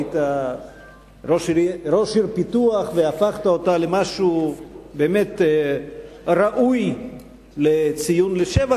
היית ראש עיר פיתוח והפכת אותה למשהו באמת ראוי לציון לשבח.